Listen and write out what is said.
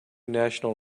national